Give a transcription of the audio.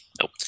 Nope